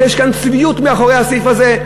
שיש כאן צביעות מאחורי הסעיף הזה,